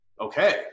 Okay